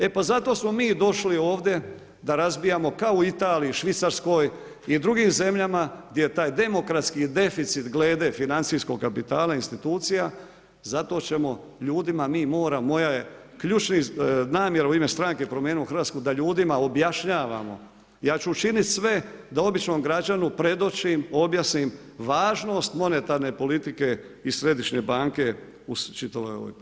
E pa zato smo mi došli ovdje, da razbijamo kao u Italiji, Švicarskoj i drugim zemljama, gdje je taj demokratski deficit, glede financijskog kapitala institucija, zato ćemo ljudima, mi moramo, moja je ključna namjera u ime stranke Promijenimo Hrvatsku, da ljudima objašnjavamo, ja ću učiniti sve da običnom građana predočim, objasnim, važnost monetarne politike i Središnje banke u čitavoj ovo priči.